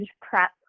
prep